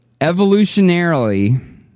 evolutionarily